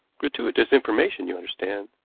gratuitous information, you understand,